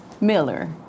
Miller